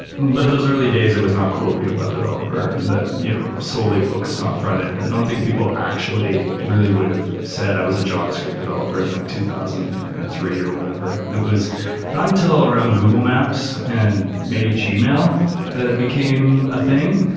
but those early days, it was not cool to be a web developer. that you know solely focused on front-end. i don't think people actually really would have said, i was a javascript developer in and like two thousand and three or whatever. it was not until around google maps and maybe gmail that it became a thing.